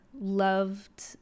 loved